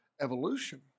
evolution